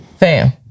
Fam